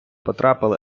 потрапили